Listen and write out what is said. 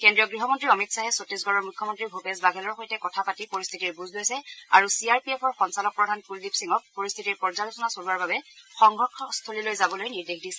কেন্দ্ৰীয় গৃহমন্ত্ৰী অমিত খাহে ছত্তিশগড্ৰ মুখ্যমন্ত্ৰী ভূপেশ বাঘেলৰ সৈতে কথা পাতি পৰিস্থিতিৰ বুজ লৈছে আৰু চি আৰ পি এফৰ সঞ্চালক প্ৰধান কুলদীপ সিঙক পৰিস্থিতিৰ পৰ্যালোচনা চলোৱাৰ বাবে সংঘৰ্ষস্থলীলৈ যাবলৈ নিৰ্দেশ দিছে